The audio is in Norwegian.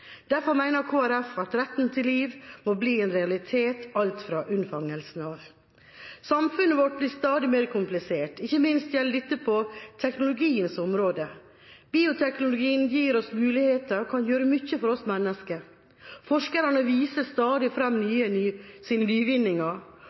Derfor mener Kristelig Folkeparti at retten til liv må bli en realitet allerede fra unnfangelsen av. Samfunnet vårt blir stadig mer komplisert, ikke minst gjelder dette på teknologiens område. Bioteknologien gir oss muligheter og kan gjøre mye for oss mennesker. Forskerne viser stadig fram